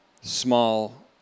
small